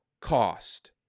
cost